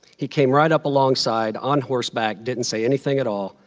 he came right up alongside on horseback, didn't say anything at all,